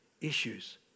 issues